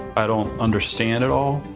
i don't understand it all,